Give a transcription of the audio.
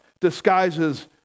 disguises